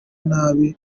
nabi